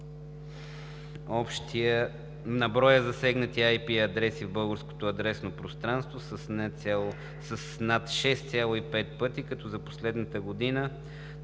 на броя засегнати IP адреси в българското адресно пространство – с над 6,5 пъти, като за последната година